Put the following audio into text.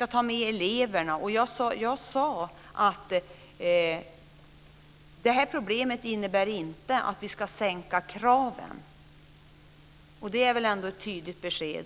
att ta med eleverna. Jag sade att det här problemet inte innebär att vi ska sänka kraven, och det är väl ett tydligt besked.